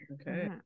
Okay